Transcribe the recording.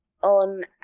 on